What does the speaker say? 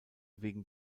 wegen